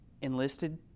enlisted